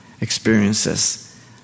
experiences